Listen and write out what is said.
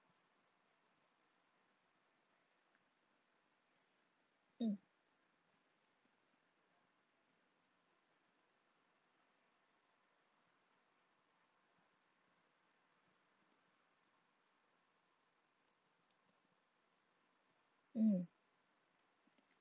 mm mm